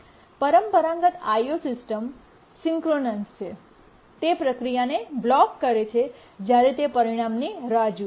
પરંપરાગત IO operating સિસ્ટમમાં synchronous છે તે પ્રક્રિયાને બ્લોક કરે છે જ્યારે તે પરિણામની રાહ જુએ છે